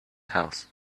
house